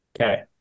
Okay